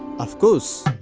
of course!